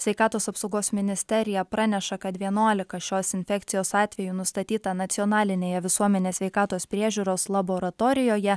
sveikatos apsaugos ministerija praneša kad vienuolika šios infekcijos atvejų nustatyta nacionalinėje visuomenės sveikatos priežiūros laboratorijoje